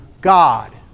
God